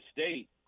State